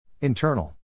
Internal